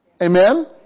Amen